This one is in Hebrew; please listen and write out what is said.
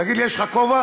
תגיד לי, יש לך כובע?